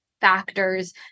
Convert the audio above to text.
factors